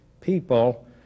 People